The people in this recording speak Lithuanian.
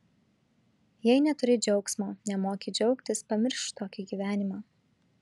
jei neturi džiaugsmo nemoki džiaugtis pamiršk tokį gyvenimą